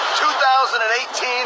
2018